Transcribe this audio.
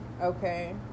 okay